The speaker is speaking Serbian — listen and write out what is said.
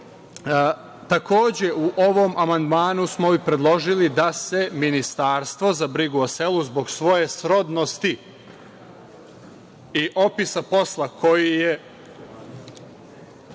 u ovom amandmanu smo predložili da se ministarstvo za brigu o selu, zbog svoje srodnosti i opisa posla koji je